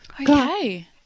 Okay